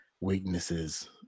weaknesses